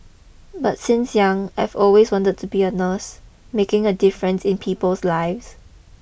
but since young I've always wanted to be a nurse making a difference in people's lives